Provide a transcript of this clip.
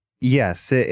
yes